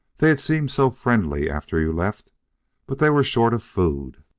they had seemed so friendly after you left but they were short of food